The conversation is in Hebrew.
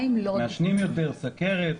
מעשנים יותר, חולים יותר בסוכרת.